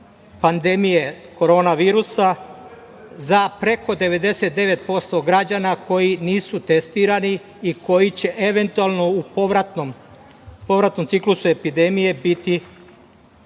pandemije Korona virusa za preko 99% građana koji nisu testirani i koji će, eventualno, u povratnom ciklusu epidemije biti